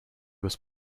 was